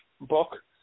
book